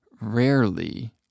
rarely